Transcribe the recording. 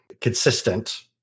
consistent